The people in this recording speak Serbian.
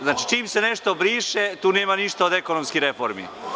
Znači, čim se nešto briše tu nema ništa od ekonomskih reformi.